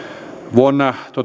vuonna